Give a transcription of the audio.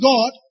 God